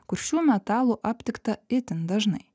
kur šių metalų aptikta itin dažnai